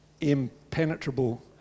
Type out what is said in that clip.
impenetrable